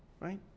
right